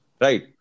right